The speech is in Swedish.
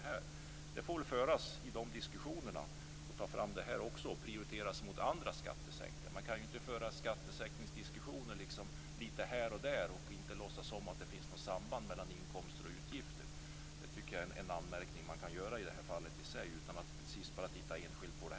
Dessa frågor får föras fram i diskussionerna och prioriteras mot andra skattesänkningar. Det går inte att föra skattesänkningsdiskussioner lite här och där och inte låtsas om att det finns något samband mellan inkomster och utgifter. Det går att göra den anmärkningen här utan att bara titta på denna fråga.